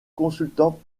consultant